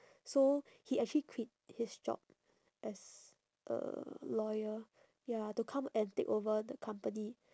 so he actually quit his job as a lawyer ya to come and take over the company